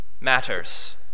matters